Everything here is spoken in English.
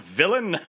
villain